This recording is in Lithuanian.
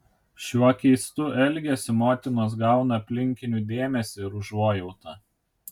šiuo keistu elgesiu motinos gauna aplinkinių dėmesį ir užuojautą